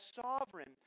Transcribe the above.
sovereign